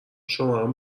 شمارمو